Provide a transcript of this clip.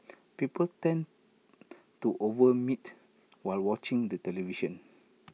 people tend to over meat while watching the television